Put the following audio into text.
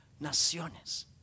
naciones